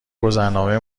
گذرنامه